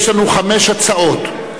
יש לנו חמש הצעות.